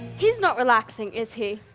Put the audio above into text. he's not relaxing, is he?